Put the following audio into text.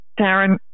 Darren